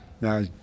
Now